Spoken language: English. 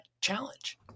challenge